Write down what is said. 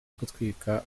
gutwika